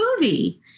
movie